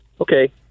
Okay